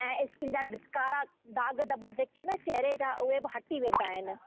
ऐं स्किन जा बि कारा दाग धब्बा जेके न चहेरे जा उहे बि हटी वेंदा आहिनि